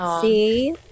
See